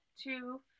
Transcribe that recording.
two